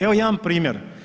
Evo jedan primjer.